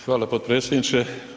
Hvala potpredsjedniče.